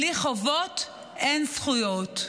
בלי חובות אין זכויות.